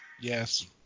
Yes